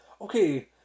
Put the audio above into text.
Okay